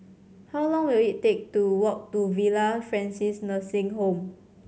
how long will it take to walk to Villa Francis Nursing Home